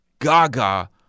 gaga